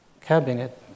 cabinet